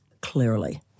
Clearly